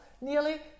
nearly